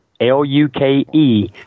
L-U-K-E